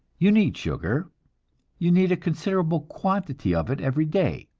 you need sugar you need a considerable quantity of it every day.